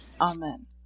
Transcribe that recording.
Amen